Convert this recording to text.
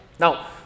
Now